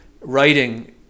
writing